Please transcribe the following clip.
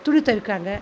துணி துவைக்கிறாங்க